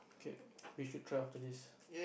okay we should try after this